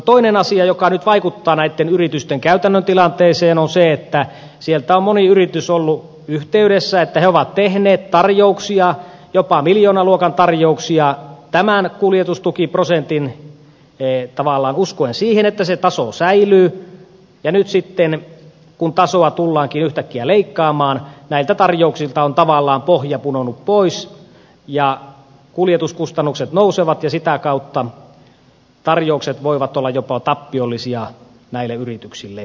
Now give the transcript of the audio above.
toinen asia joka nyt vaikuttaa näitten yritysten käytännön tilanteeseen on se että sieltä on moni yritys ollut yhteydessä että he ovat tehneet tarjouksia jopa miljoonaluokan tarjouksia tavallaan uskoen siihen että tämän kuljetustukiprosentin taso säilyy ja nyt sitten kun tasoa tullaankin yhtäkkiä leikkaamaan näiltä tarjouksilta on tavallaan pohja pudonnut pois ja kuljetuskustannukset nousevat ja sitä kautta nämä kaupat voivat olla jopa tappiollisia näille yrityksille